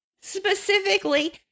specifically